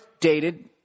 dated